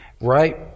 right